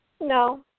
No